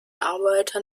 arbeiter